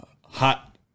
Hot